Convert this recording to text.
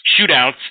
shootouts